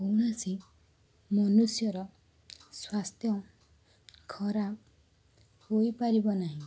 କୌଣସି ମନୁଷ୍ୟର ସ୍ୱାସ୍ଥ୍ୟ ଖରାପ ହୋଇପାରିବନାହିଁ